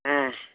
ஆ